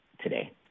today